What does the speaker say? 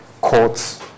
courts